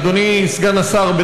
אדוני סגן השר,